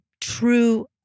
true